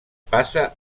passa